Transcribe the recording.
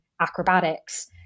acrobatics